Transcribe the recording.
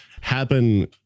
happen